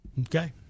Okay